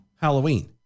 Halloween